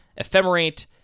Ephemerate